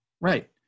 right